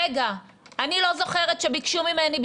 אני לא זוכרת שביקשו ממני,